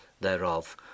thereof